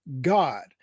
God